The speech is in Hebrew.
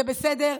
זה בסדר,